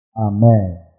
Amen